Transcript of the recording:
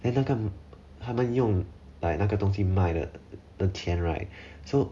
then 那个他们用 like 那个东西卖的钱 right so